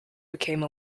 became